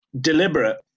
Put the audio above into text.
deliberate